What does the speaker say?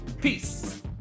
Peace